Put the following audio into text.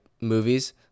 movies